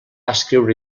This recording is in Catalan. escriure